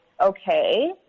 okay